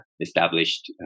established